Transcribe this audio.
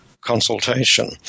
consultation